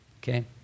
okay